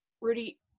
Rudy